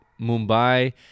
mumbai